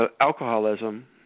alcoholism